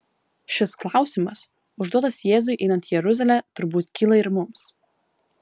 šis klausimas užduotas jėzui einant į jeruzalę turbūt kyla ir mums